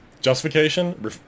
Justification